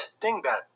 Dingbat